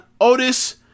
Otis